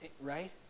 right